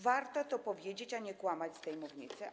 Warto to powiedzieć, a nie kłamać z tej mównicy.